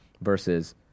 Versus